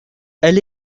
elle